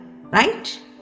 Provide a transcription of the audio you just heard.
right